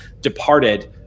departed